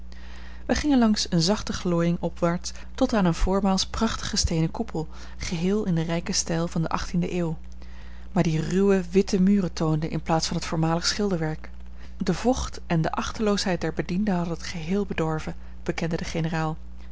wij gingen langs eene zachte glooiing opwaarts tot aan een voormaals prachtigen steenen koepel geheel in den rijken stijl van de achttiende eeuw maar die ruwe witte muren toonde in plaats van het voormalig schilderwerk de vocht en de achteloosheid der bedienden hadden het geheel bedorven bekende de generaal